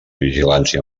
vigilància